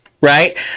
right